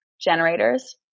generators